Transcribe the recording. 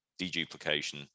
deduplication